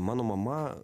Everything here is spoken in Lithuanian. mano mama